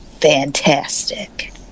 fantastic